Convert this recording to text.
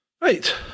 Right